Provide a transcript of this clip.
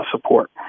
support